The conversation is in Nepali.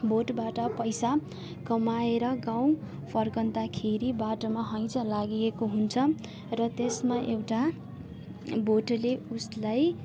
भोटबाट पैसा कमाएर गाउँ फर्कँदाखेरि बाटोमा हैजा लागेको हुन्छ र त्यसमा एउटा भोटेले उसलाई